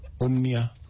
omnia